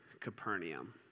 Capernaum